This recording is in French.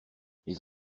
les